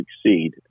succeed